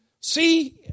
See